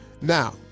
now